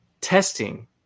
testing